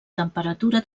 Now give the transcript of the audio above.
temperatura